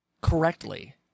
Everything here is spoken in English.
correctly